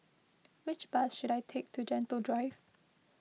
which bus should I take to Gentle Drive